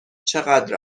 چقدر